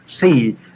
see